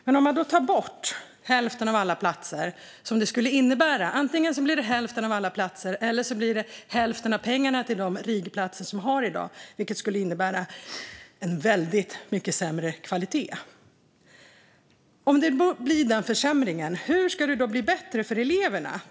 Men om man då antingen tar bort hälften av alla platser eller hälften av pengarna till de RIG-platser som finns i dag, som förslaget skulle innebära, får vi en väldigt mycket sämre kvalitet. Om vi får denna försämring - hur ska det då kunna bli bättre för eleverna?